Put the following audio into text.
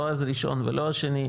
לא הראשון ולא השני,